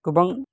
गोबां